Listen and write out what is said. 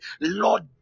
lord